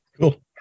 Cool